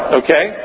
okay